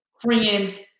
friends